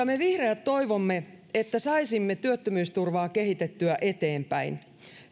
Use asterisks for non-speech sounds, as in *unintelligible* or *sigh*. *unintelligible* me vihreät toivomme että saisimme työttömyysturvaa kehitettyä eteenpäin